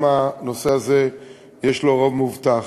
גם לנושא הזה יש רוב מובטח.